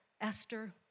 Esther